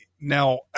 now